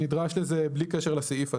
נדרש לזה בלי קשר לסעיף הזה.